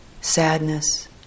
sadness